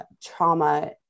trauma